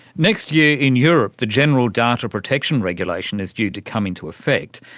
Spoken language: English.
next year in europe the general data protection regulation is due to come into effect.